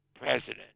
president